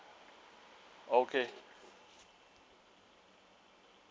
okay